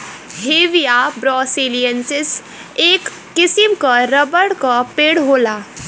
Hevea brasiliensis, एक किसिम क रबर क पेड़ होला